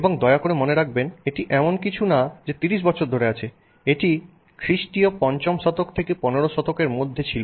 এবং দয়া করে মনে রাখবেন এটি এমন কিছু না যে 30 বছর ধরে আছে এটি খ্রিস্টীয় 5 শতক থেকে 15 শতকের মধ্যে ছিল